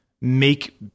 make